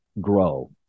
grow